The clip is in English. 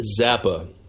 Zappa